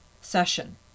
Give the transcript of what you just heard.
session